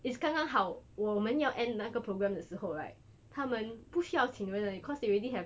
is 刚刚好我们要 end 那个 programme 的时候 right 他们不需要请人了 cause they already have